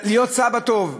להיות סבא טוב,